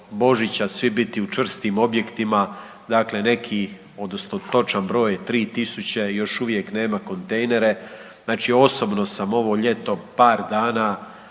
Božića biti svi u čvrstim objektima, dakle neki odnosno točan broj je 3.000 još uvijek nema kontejnere. Znači osobno sam ovo ljeto par dana